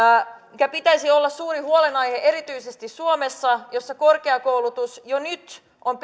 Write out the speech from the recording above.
minkä pitäisi olla suuri huolenaihe erityisesti suomessa jossa korkeakoulutus jo nyt on